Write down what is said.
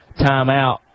timeout